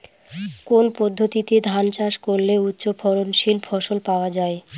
কোন পদ্ধতিতে ধান চাষ করলে উচ্চফলনশীল ফসল পাওয়া সম্ভব?